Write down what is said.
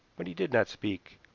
but he did not speak.